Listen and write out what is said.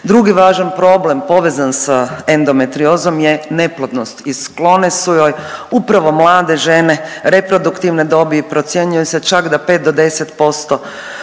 drugi važan problem povezan sa endometriozom je neplodnost i sklone su joj upravo mlade žene reproduktivne dobi i procjenjuje se čak da 5 do 10%